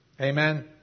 Amen